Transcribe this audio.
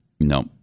No